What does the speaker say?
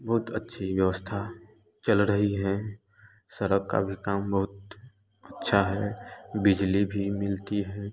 बहुत अच्छी व्यवस्था चल रही है सड़क का भी काम बहुत अच्छा है बिजली भी मिलती है